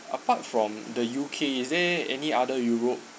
apart from the U_K is there any other europe